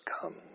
come